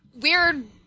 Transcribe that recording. weird